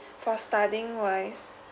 for studying-wise